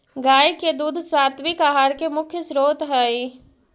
गाय के दूध सात्विक आहार के मुख्य स्रोत हई